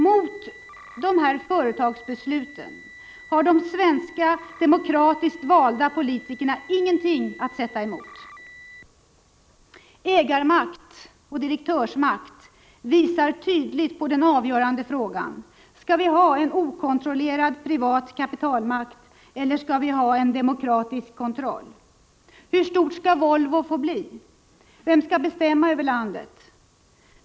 Mot dessa företags beslut har de svenska demokratiskt valda politikerna ingenting att sätta emot. Ägarmakten och direktörsmakten visar tydligt på den avgörande frågan: Skall vi ha en okontrollerad privat kapitalmakt eller en demokratisk kontroll? Hur stort skall Volvo få bli? Vem skall bestämma över landet?